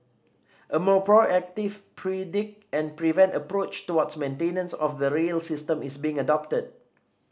a more proactive predict and prevent approach towards maintenance of the rail system is being adopted